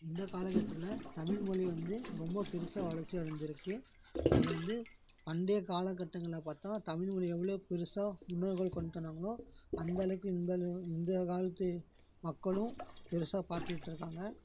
இந்த காலக்கட்டத்தில் தமிழ்மொழி வந்து ரொம்ப பெருசாக வளர்ச்சி அடைஞ்சிருக்கு அது வந்து பண்டைய காலக்கட்டங்கள்ல பார்த்தா தமிழ்மொழி எவ்வளோ பெருசாக உணர்வுகள் கொண்டுட்டு வந்தாங்களோ அந்தளவுக்கு இந்தளவு இந்த காலத்து மக்களும் பெருசாக பார்த்துட்ருக்காங்க